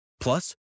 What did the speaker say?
Plus